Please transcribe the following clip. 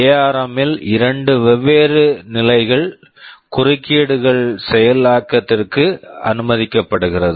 ARM ARM ல் இரண்டு வெவ்வேறு நிலைகள் குறுக்கீடுகள் செயலாக்கத்திற்கு அனுமதிக்கப்படுகிறது